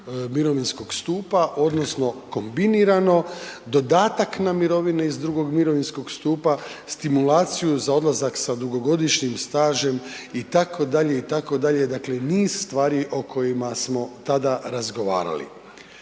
mirovinskog stupa odnosno kombinirano, dodatak na mirovine iz II. mirovinskog stupa, stimulaciju za odlazak sa dugogodišnjim stažem itd., itd., dakle niz stvari o kojima smo tada razgovarali.